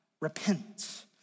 repent